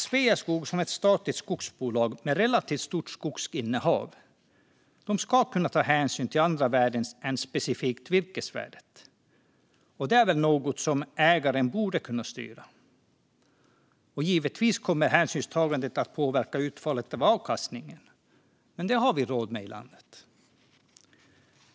Sveaskog som ett statligt skogsbolag med relativt stort skogsinnehav ska kunna ta hänsyn till andra värden än specifikt virkesvärdet. Det är väl något som ägaren borde kunna styra? Givetvis kommer hänsynstagandet att påverka utfallet på avkastningen, men det har vi råd med i landet.